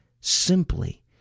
simply